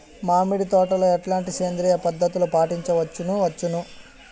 మామిడి తోటలో ఎట్లాంటి సేంద్రియ పద్ధతులు పాటించవచ్చును వచ్చును?